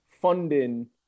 funding